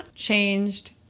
Changed